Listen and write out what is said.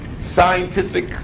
scientific